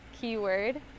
keyword